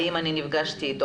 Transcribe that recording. האם נפגשתי אתם.